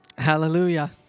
Hallelujah